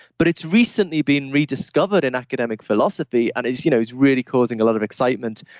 but it's recently been rediscovered in academic philosophy and it's you know it's really causing a lot of excitement.